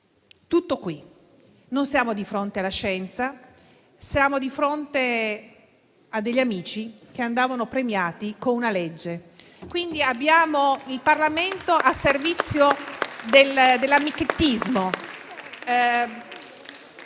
Tutto qui. Non siamo di fronte alla scienza, ma di fronte a degli amici che andavano premiati con una legge. Abbiamo quindi il Parlamento al servizio dell'amichettismo.